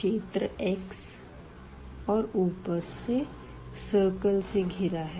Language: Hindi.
क्षेत्र x और ऊपर से सर्कल से घिरा है